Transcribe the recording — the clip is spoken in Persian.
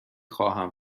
خواهم